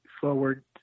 forward